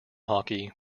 hockey